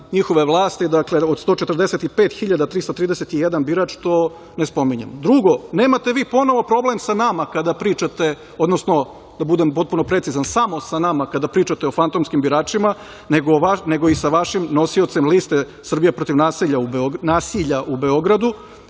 njihove vlasti, od 145.331 birač, to ne spominjemo. Drugo, nemate vi ponovo problem sa nama, kada pričate, odnosno da budem potpuno precizan, samo sa nama kada pričate o fantomskim biračima, nego i sa vašim nosiocem liste „Srbija protiv nasilja“ u Beogradu